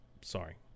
sorry